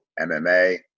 MMA